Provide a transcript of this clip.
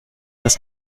das